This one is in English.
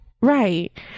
Right